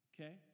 okay